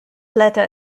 letter